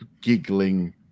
giggling